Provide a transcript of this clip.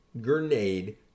grenade